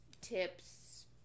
tips